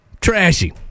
Trashy